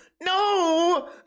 No